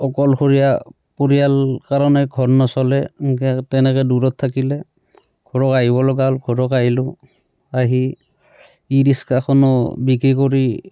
অকলশৰীয়া পৰিয়াল কাৰণে ঘৰ নচলে সেনেকৈ তেনেকৈ দূৰত থাকিলে ঘৰত আহিব লগা হ'ল ঘৰত আহিলোঁ আহি ই ৰিক্সাখনো বিক্ৰী কৰি